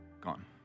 gone